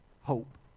hope